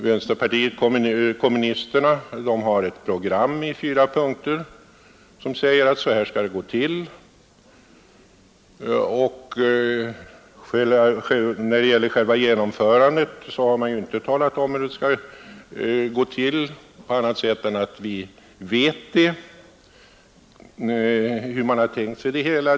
Vänsterpartiet kommunisterna har ett program i fyra punkter vilket säger att så här skall det gå till. Hur själva genomförandet skall försiggå har man inte talat om på annat sätt än att vi kan ana oss till hur man tänkt sig det hela skall gå till.